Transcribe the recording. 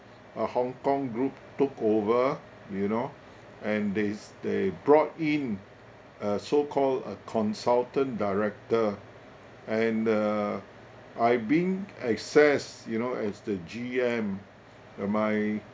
a hong kong group took over you know and there is they brought in uh so-called a consultant director and uh I being assessed you know as the G_M uh my